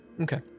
Okay